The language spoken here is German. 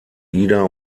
ida